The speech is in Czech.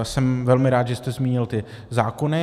Jsem velmi rád, že jste zmínil ty zákony.